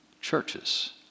churches